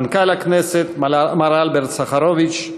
מנכ"ל הכנסת מר אלברט סחרוביץ,